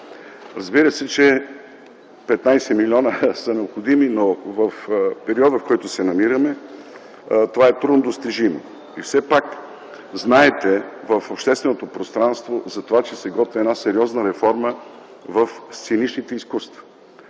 Разбира се, че 15 милиона са необходими, но в периода, в който се намираме, това е трудно достижимо. Все пак знаете от общественото пространство за това, че се готви една сериозна реформа в сценичните изкуства.